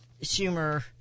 Schumer